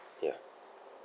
ya